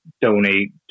donate